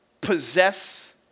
possess